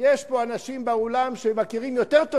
יש פה אנשים באולם שמכירים יותר טוב